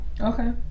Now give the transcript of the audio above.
okay